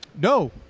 No